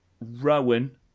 Rowan